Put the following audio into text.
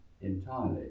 entirely